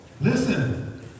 Listen